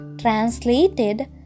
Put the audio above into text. translated